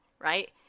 right